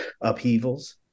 upheavals